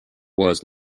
was